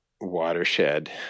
watershed